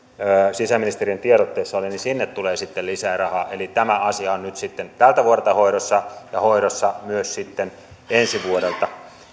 sisäministeriön tiedotteessa oli eli sinne tulee sitten lisää rahaa eli tämä asia on nyt sitten tältä vuodelta hoidossa ja hoidossa myös sitten ensi vuodelta